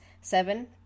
seven